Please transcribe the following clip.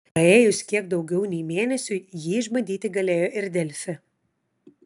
praėjus kiek daugiau nei mėnesiui jį išbandyti galėjo ir delfi